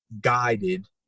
guided